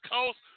Coast